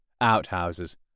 outhouses